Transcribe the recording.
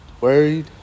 worried